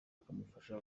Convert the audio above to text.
akamufasha